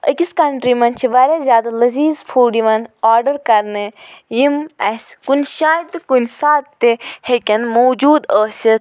أکِس کنٹرٛی مَنٛز چھِ واریاہ زیادٕ لذیٖز فوڈ یوان آرڈَر کَرنہٕ یم اسہِ کُنہ شایہ تہٕ کُنہ ساتہٕ تہِ ہیٚکیٚن موٗجوٗد ٲسِتھ